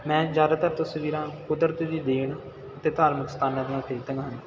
ਮੈਂ ਜਿਆਦਾਤਰ ਤਸਵੀਰਾਂ ਕੁਦਰਤ ਦੀ ਦੇਣ ਅਤੇ ਧਾਰਮਿਕ ਸਥਾਨਾਂ ਦੀਆਂ ਖਿੱਚੀਆਂ ਹਨ